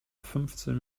fünfzehn